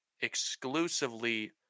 exclusively